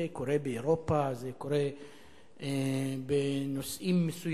זה קורה באירופה, זה קורה בנושאים מסוימים.